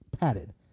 padded